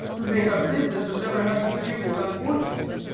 who make a business of never having to do with unfortunates.